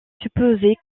supposer